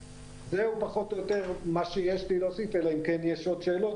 זהו פחות או יותר מה שיש לי להוסיף אלא אם יש עוד שאלות,